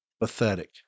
pathetic